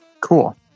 Cool